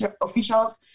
officials